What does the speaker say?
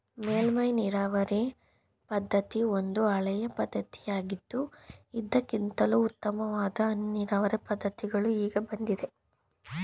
ಮೇಲ್ಮೈ ನೀರಾವರಿ ಪದ್ಧತಿ ಒಂದು ಹಳೆಯ ಪದ್ಧತಿಯಾಗಿದ್ದು ಇದಕ್ಕಿಂತಲೂ ಉತ್ತಮವಾದ ಹನಿ ನೀರಾವರಿ ಪದ್ಧತಿಗಳು ಈಗ ಬಂದಿವೆ